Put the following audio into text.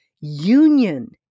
union